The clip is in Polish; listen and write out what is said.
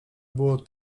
było